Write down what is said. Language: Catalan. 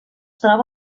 troba